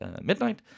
midnight